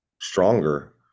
stronger